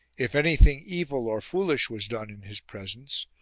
if anything evil or foolish was done in his presence,